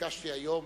ביקשתי היום